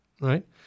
right